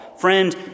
Friend